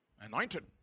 anointed